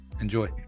Enjoy